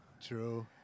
True